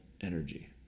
energy